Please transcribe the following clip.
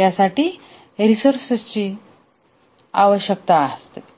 यासाठी रिसोर्सेसची आवश्यकता आहे